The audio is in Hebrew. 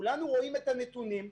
כולנו רואים את הנתונים,